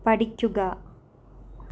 പഠിക്കുക